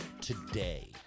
today